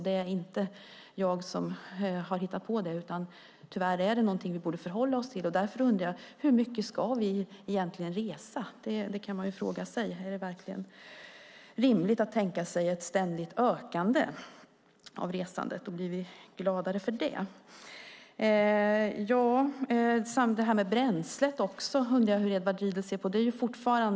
Det är inte något jag har hittat på utan något vi måste förhålla oss till. Då kan man fråga sig: Hur mycket ska vi resa? Är det rimligt att tänka sig ett ständigt ökat resande? Blir vi gladare av det? Jag undrar hur Edward Riedl ser på bränslefrågan.